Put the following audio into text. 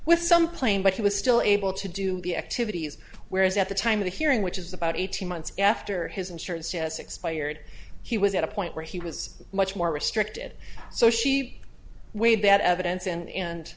with some plain but he was still able to do the activities whereas at the time of the hearing which is about eighteen months after his insurance she has expired he was at a point where he was much more restricted so she weighed that evidence and